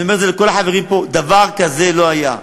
אני אומר לכל החברים פה, דבר כזה לא היה.